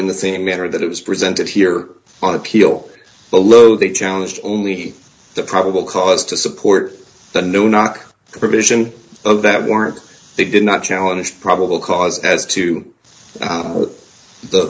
in the same manner that it was presented here on appeal below they challenged only the probable cause to support the no knock provision of that warrant they did not challenge probable cause as to the